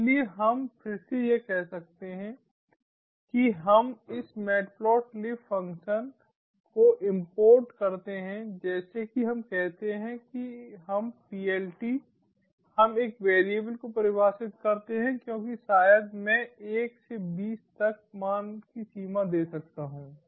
इसलिए हम फिर से कह सकते हैं कि हम इस मैटप्लोट्लिब फ़ंक्शन को इम्पोर्ट करते हैं जैसे कि हम कहते हैं कि हम plt हम एक वैरिएबल को परिभाषित करते हैं क्योंकि शायद मैं एक से बीस तक मान की सीमा दे सकता हूं